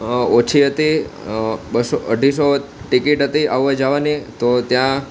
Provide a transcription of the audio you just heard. ઓછી હતી બસો અઢીસો ટિકિટ હતી આવવા જાવાની તો ત્યાં